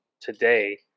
today